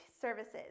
services